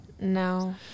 no